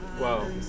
Wow